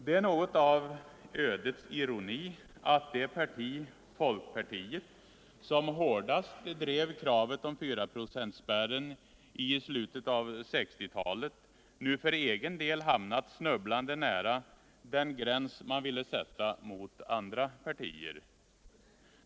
Det är något av ödets ironi att det parti — folkpartiet — som hårdast drev kravet om 4-procentsspärren i slutet av 1960-talet, nu för egen del hamnat snubblande nära den gräns man ville sätta mot andra partier.